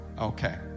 okay